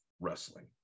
wrestling